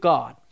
God